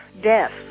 death